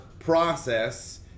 process